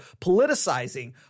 politicizing